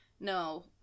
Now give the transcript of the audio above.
No